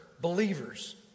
believers